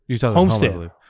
Homestead